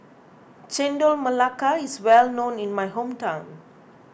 Chendol Melaka is well known in my hometown